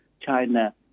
China